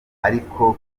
ariko